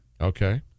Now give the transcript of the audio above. Okay